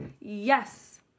Yes